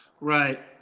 Right